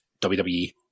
WWE